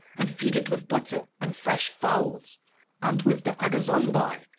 and feed it with butter and fresh fowls and with the agazonbae,